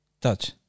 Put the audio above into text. Touch